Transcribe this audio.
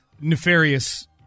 nefarious